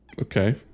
Okay